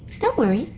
don't worry.